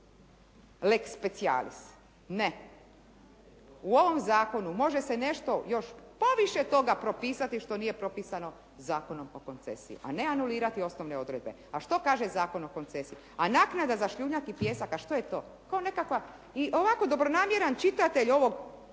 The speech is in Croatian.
Ne. U ovom zakonu može se nešto još poviše toga propisati što nije propisano Zakonom o koncesiji, a ne anulirati osnovne odredbe. A što kaže Zakon o koncesiji? A naknada za šljunak i pijesak, a što je to? Kao nekakva, ovako dobronamjeran čitatelj ovog rukopisa